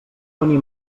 venir